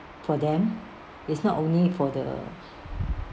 for them it's not only for the